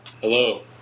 Hello